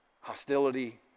Hostility